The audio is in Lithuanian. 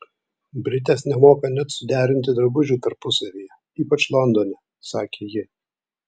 britės nemoka net suderinti drabužių tarpusavyje ypač londone sakė ji